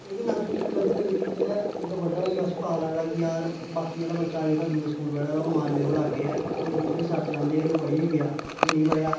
लेकिन अज्ज ओह् चीज गलत लगदी कि जेल्लै मतलब बड्डा होई जा ते उस्सी पता लगदा कि यार बाकी आह्ला बच्चा जेह्के दूए स्कूल पढ़े दा ओह् माए मेरे कोलां उ'नेंगी टीचर सट्ट चलांदे हे ते ओह् पढ़ी बी गेआ में नेईं पढ़ेआ